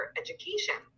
education